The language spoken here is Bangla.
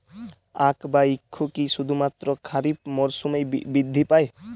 আখ বা ইক্ষু কি শুধুমাত্র খারিফ মরসুমেই বৃদ্ধি পায়?